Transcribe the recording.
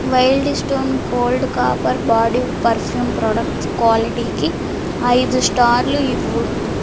wild stone cold copper body perfume product క్వాలిటీకి ఐదు స్టార్లు ఇవ్వు